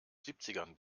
siebzigern